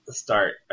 start